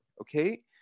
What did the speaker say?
okay